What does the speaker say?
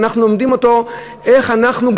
אנחנו מלמדים אותו איך אנחנו,